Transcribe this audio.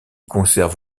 conserve